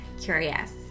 curious